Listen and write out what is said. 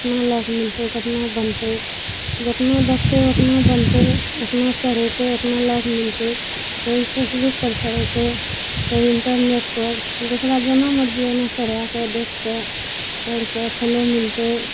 कतेक लाइक मिलतै कतेक बनतै जतेक देखतै ओतेक बनतै ओतेक चढ़ैतै ओतेक लाइक मिलतै कभी फेसबुक पर चढ़ेतै कभी इंटरनेटके जेकरा जेना मर्जी ओना चढ़ा कऽ देख कऽ करि कऽ फॉलो मिलतै